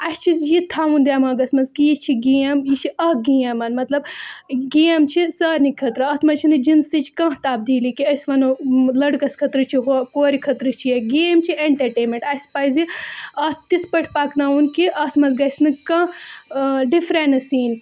اَسہِ چھِ یہِ تہِ تھاوُن دٮ۪ماغَس منٛز کہِ یہِ چھِ گیم یہِ چھِ اَکھ گیم مطلب گیم چھِ سارنی خٲطرٕ اَتھ منٛز چھَنہٕ جِنسٕچ کانٛہہ تبدیٖلی کہِ أسۍ وَنو لٔڑکَس خٲطرٕ چھُ ہُہ کورِ خٲطرٕ چھِ یا گیم چھِ اٮ۪نٛٹَٹینمٮ۪نٛٹ اَسہِ پَزِ اَتھ تِتھ پٲٹھۍ پَکناوُن کہِ اَتھ منٛز گَژھِ نہٕ کانٛہہ ڈِفرَنٕس یِنۍ